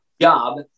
job